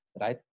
right